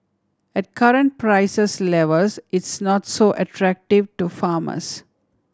at current prices levels it's not so attractive to farmers